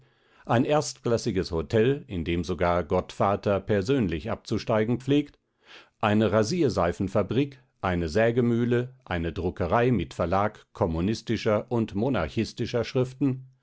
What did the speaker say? ein erstklassiges hotel in dem sogar gottvater persönlich abzusteigen pflegt eine rasierseifenfabrik eine sägemühle eine druckerei mit verlag kommunistischer und monarchistischer schriften